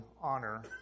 honor